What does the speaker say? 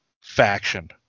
faction